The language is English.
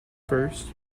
first